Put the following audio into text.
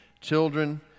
children